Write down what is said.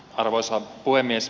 arvoisa puhemies